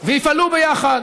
ויפעלו ביחד,